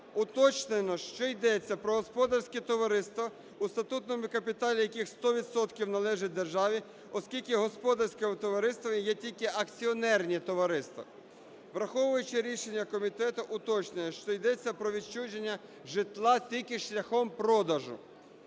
Уточнено, що йдеться про господарське товариство, у статутному капіталі яких 100 відсотків належить державі, оскільки господарськими товариствами є тільки акціонерні товариства. Враховуючи рішення комітету, уточнення, що йдеться про відчуження житла тільки шляхом продажу.